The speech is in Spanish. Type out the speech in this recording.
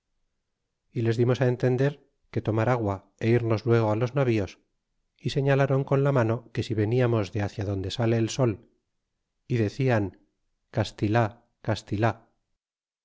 y les dimos it entender que tomar agua é irnos luego á los navíos y señalaron con la mano que si veniamos de baria donde sale el sol y decian canilei castilti